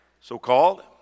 so-called